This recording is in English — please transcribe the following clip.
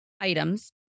items